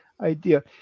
Idea